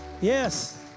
yes